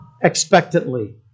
expectantly